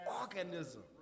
organism